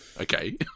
Okay